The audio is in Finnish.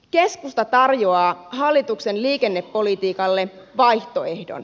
keskusta tarjoaa hallituksen liikennepolitiikalle vaihtoehdon